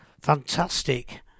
fantastic